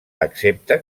accepta